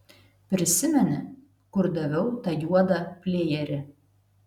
prisimeni kur daviau tą juodą plėjerį